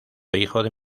hijo